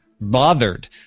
Bothered